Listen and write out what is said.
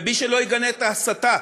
מי שלא יגנה את ההסתה